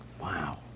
Wow